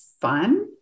fun